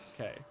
Okay